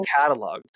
cataloged